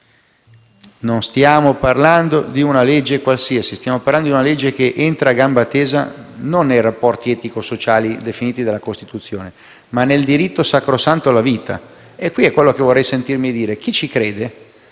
Stiamo parlando non di una legge qualsiasi, ma di un provvedimento che entra a gamba tesa non nei rapporti etico-sociali definiti dalla Costituzione, ma nel diritto sacrosanto alla vita. Questo è quello che vorrei sentirmi dire. Chi ci crede?